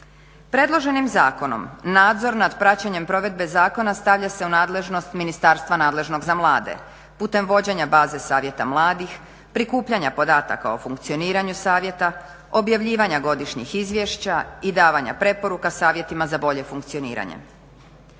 Predloženim zakonom nadzor nad praćenjem provedbe zakona stavlja se u nadležnost ministarstva nadležnog za mlade. Putem vođenja baze savjeta mladih, prikupljanja podataka o funkcioniranju savjeta, objavljivanja godišnjih izvješća i davanja preporuka savjetima za bolje funkcioniranje.